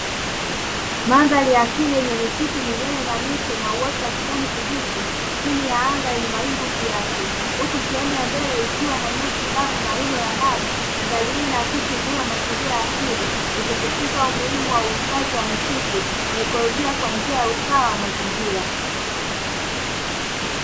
Mandhari ya asili yenye misitu minene na mito na uoto wa kijani kibichi chini ya anga yenye mawingu kiasi; huku sehemu ya mbele ikiwa na nyasi kavu na rundo la mawe. Mandhari hii ina akisi uzuri wa mazingira asili, ikisisitiza umuhimu wa uhifadhi wa misitu na ikolojia kwa njia ya usawa wa mazingira.